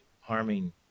harming